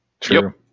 True